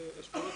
אשכולות.